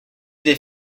des